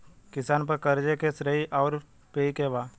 किसान पर क़र्ज़े के श्रेइ आउर पेई के बा?